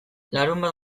larunbat